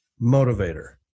motivator